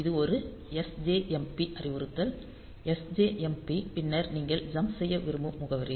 இது ஒரு sjmp அறிவுறுத்தல் sjmp பின்னர் நீங்கள் ஜம்ப் செய்ய விரும்பும் முகவரி